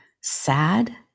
sad